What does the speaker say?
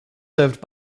served